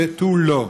ותו לא.